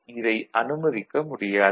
இதை அனுமதிக்க முடியாது